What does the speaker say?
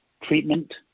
treatment